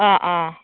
अ अ